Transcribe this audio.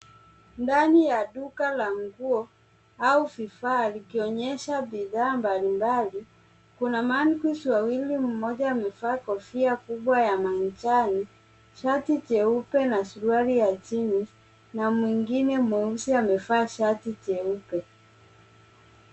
Ndani ya duka la nguo au vifaa vikionyesha bidhaa mbali mbali kuna mannequins wawili. Mmoja amevaa kofia kubwa ya manjani, shati jeupe na suruali ya jeans na mwingine mweusi amevaa shati jeupe.